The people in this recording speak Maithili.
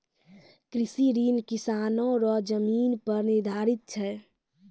कृषि ऋण किसानो रो जमीन पर निर्धारित छै